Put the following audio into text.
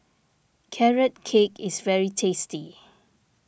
Carrot Cake is very tasty